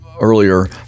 earlier